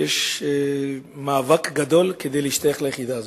יש מאבק גדול כדי להשתייך ליחידה הזו,